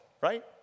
right